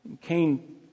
Cain